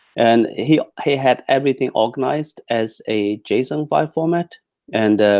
and he had everything organized as a json file format and